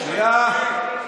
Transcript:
שנייה.